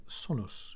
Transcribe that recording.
sonus